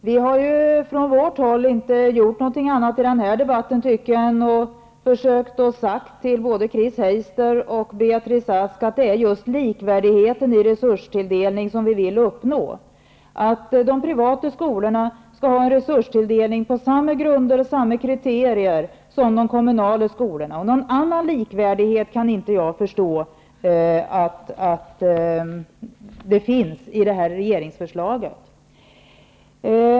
Herr talman! Från vårt håll har vi i denna debatt inte gjort något annat än försökt säga till både Chris Heister och Beatrice Ask att vi vill uppnå likvärdighet i resurstilldelning. De privata skolorna skall ha en resurstilldelning på samma grunder och kriterier som de kommunala skolorna. Någon annan likvärdighet kan jag inte förstå att det finns i regeringsförslaget.